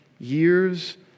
Years